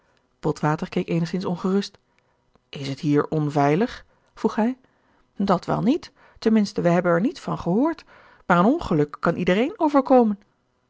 botwater keek eenigzins ongerust is het hier onveilig vroeg hij dat wel niet ten minste wij hebben er niet van gehoord maar een ongeluk kan iedereen overkomen